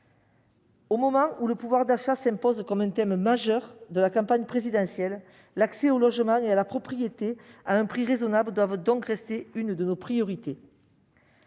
Au moment où le pouvoir d'achat s'impose comme un thème majeur de la campagne présidentielle, l'accès au logement et à la propriété à un prix raisonnable doit donc rester l'une de nos priorités.